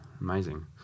amazing